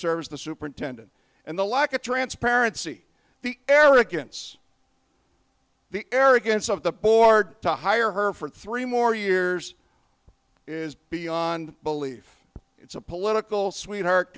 service the superintendent and the lack of transparency the arrogance the arrogance of the board to hire her for three more years is beyond belief it's a political sweetheart